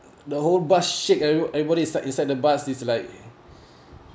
the whole bus shake every everybody stuck inside inside the bus is like